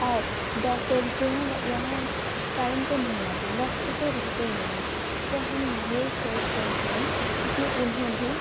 اور ڈاکٹرس جو ہیں وہ یہاں ٹائم پہ نہیں آتے وقت پہ رہتے ہی نہیں ہیں تو ہم یہ سوچتے ہیں کی انہیں بھی